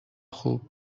خوب